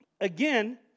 again